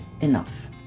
enough